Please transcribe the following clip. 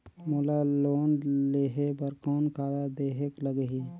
मोला लोन लेहे बर कौन का देहेक लगही?